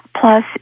Plus